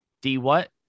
D-what